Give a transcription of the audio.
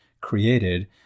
created